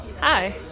Hi